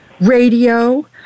radio